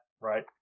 right